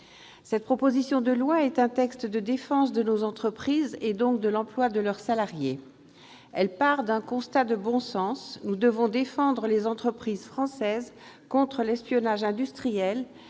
cette proposition de loi est un texte de défense de nos entreprises, donc de l'emploi de leurs salariés. Elle part d'un constat de bon sens : nous devons défendre les entreprises françaises contre l'espionnage industriel,